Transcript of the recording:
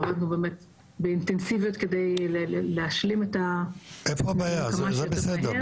עבדנו באמת באינטנסיביות כדי להשלים את --- זה בסדר,